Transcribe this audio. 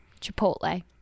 Chipotle